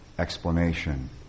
explanation